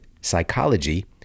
Psychology